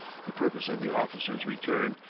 the purpose of the officer's return,